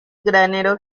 granero